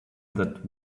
that